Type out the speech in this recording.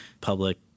public